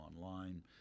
online